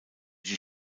die